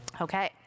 Okay